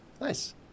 Nice